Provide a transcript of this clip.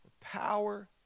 power